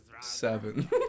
Seven